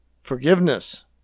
forgiveness